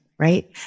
right